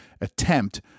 attempt